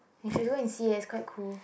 you should go and see eh quite cool